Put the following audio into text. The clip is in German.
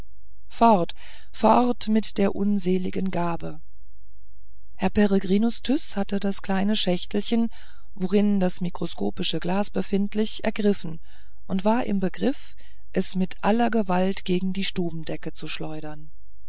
fort fort mit der unseligen gabe herr peregrinus tyß hatte das kleine schächtelchen worin das mikroskopische glas befindlich ergriffen und war im begriff es mit aller gewalt gegen die stubendecke zu schleudern